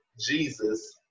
Jesus